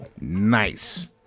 nice